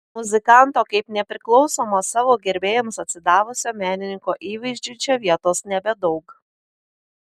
muzikanto kaip nepriklausomo savo gerbėjams atsidavusio menininko įvaizdžiui čia vietos nebedaug